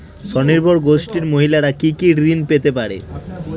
স্বনির্ভর গোষ্ঠীর মহিলারা কি কি ঋণ পেতে পারে?